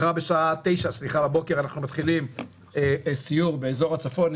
מחר בשעה 09:00 בבוקר אנחנו מתחילים סיור באזור הצפון,